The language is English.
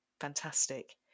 fantastic